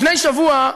לפני שבוע,